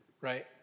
right